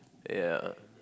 ya